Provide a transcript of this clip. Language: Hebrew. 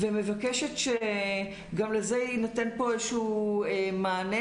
אני מבקשת שגם לזה יינתן פה איזשהו מענה